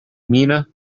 mina